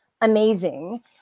amazing